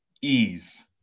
ease